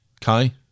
Kai